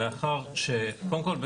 קודם כל,